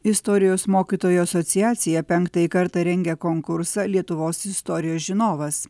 istorijos mokytojų asociacija penktąjį kartą rengia konkursą lietuvos istorijos žinovas